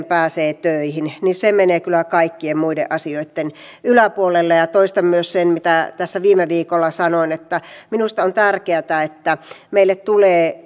pääsee töihin menevät kyllä kaikkien muiden asioitten yläpuolelle ja toistan myös sen mitä tässä viime viikolla sanoin minusta on tärkeätä että meille tulee